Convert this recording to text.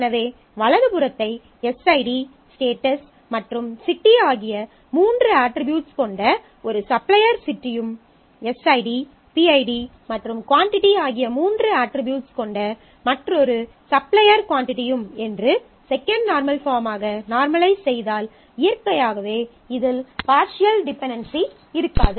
எனவே வலதுபுறத்தை SID status மற்றும் சிட்டி ஆகிய மூன்று அட்ரிபியூட்ஸ் கொண்ட ஒரு சப்ளையர் சிட்டியும் எஸ்ஐடி பிஐடி மற்றும் குவான்டிட்டி ஆகிய மூன்று அட்ரிபியூட்ஸ் கொண்ட மற்றொரு சப்ளையர் குவான்டிட்டியும் என்று செகண்ட் நார்மல் பாஃர்ம்மாக நார்மலைஸ் செய்தால் இயற்கையாகவே இதில் பார்ஷியல் டிபென்டென்சி இருக்காது